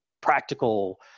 practical